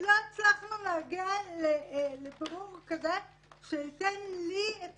לא הצלחנו להגיע לבירור שייתן לי את